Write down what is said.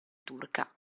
turca